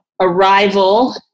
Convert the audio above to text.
arrival